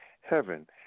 heaven